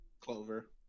Clover